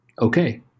okay